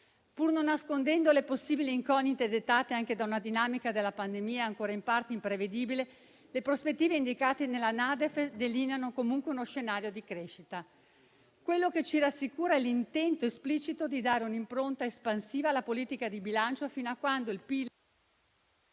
Pur non nascondendo le possibili incognite dettate anche da una dinamica della pandemia ancora in parte imprevedibile, le prospettive indicate nella NADEF delineano comunque uno scenario di crescita. Quello che ci rassicura è l'intento esplicito di dare un'impronta espansiva alla politica di bilancio, fino a quando il PIL